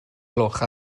gloch